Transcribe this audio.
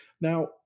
Now